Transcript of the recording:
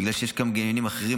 בגלל שיש גם עניינים אחרים,